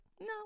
no